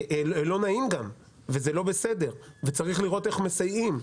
לא נעים גם וזה לא בסדר וצריך לראות איך מסייעים,